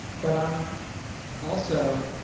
but i'm also,